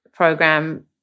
Program